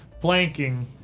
flanking